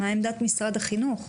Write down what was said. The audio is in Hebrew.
מה עמדת משרד החינוך?